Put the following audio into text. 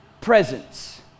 presence